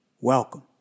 Welcome